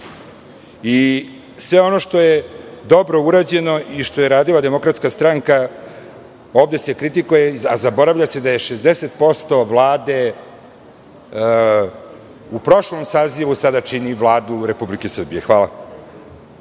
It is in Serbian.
Sve ono što je dobro urađeno i što je radila DS ovde se kritikuje, a zaboravlja se da 60% Vlade u prošlom sazivu sada čini Vladu Republike Srbije. Hvala.